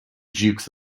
dukes